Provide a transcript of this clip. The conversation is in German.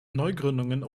neugründungen